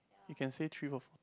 you can say three for